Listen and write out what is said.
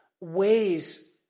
Ways